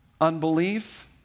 unbelief